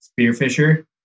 spearfisher